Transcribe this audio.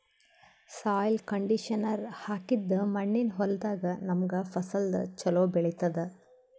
soil conditioner ಹಾಕಿದ್ದ್ ಮಣ್ಣಿನ್ ಹೊಲದಾಗ್ ನಮ್ಗ್ ಫಸಲ್ ಛಲೋ ಬೆಳಿತದ್